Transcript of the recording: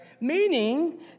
meaning